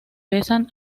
besan